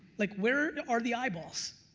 like where are the eyeballs?